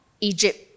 Egypt